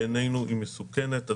בעינינו מסוכנת.